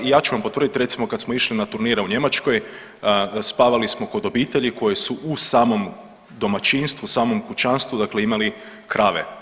I ja ću vam potvrditi recimo kad smo išli na turnire u Njemačkoj spavali smo kod obitelji koji su u samom domaćinstvu, samom kućanstvu dakle imali krave.